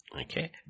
okay